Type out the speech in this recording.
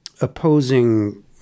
opposing